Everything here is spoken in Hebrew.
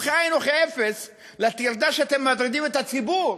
היא כאין וכאפס לטרדה שאתם מטרידים את הציבור